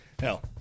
hell